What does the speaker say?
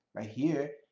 right here,